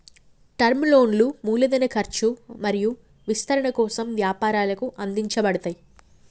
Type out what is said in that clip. term లోన్లు మూలధన ఖర్చు మరియు విస్తరణ కోసం వ్యాపారాలకు అందించబడతయ్